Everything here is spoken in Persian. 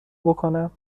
بکنم